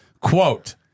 Quote